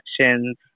actions